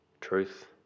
truth